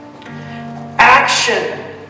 Action